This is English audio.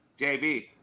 JB